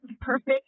Perfect